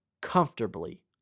comfortably